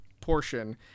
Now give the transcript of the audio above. portion